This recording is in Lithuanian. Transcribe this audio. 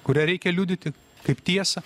kurią reikia liudyti kaip tiesą